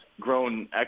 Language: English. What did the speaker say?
grown